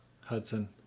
Hudson